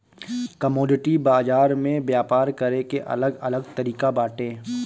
commodity बाजार में व्यापार करे के अलग अलग तरिका बाटे